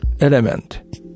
element